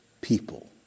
people